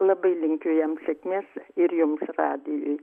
labai linkiu jiems sėkmės ir jum radijuj